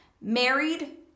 married